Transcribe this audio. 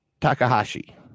Takahashi